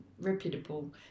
reputable